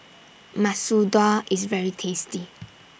Masoor Dal IS very tasty